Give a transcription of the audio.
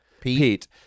Pete